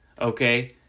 Okay